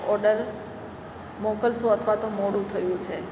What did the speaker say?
order મોકલશો અથવા તો મોડું થયું છે